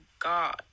God